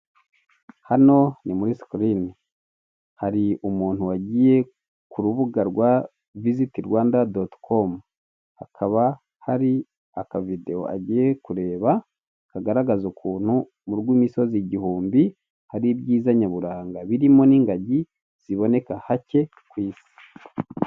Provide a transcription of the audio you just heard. Hano ni muri sikirini hari umuntu wagiye ku rubuga rwa visiti Rwanda doti komu hakaba hari akavidewo agiye kureba kagaragaza ukuntu mu rw'imosozi igihumbi hari ibyiza nyaburanga birimo n'ingagi ziboneka hake ku isi.